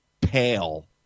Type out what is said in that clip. pale